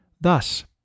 Thus